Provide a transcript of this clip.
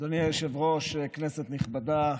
אדוני היושב-ראש, כנסת נכבדה,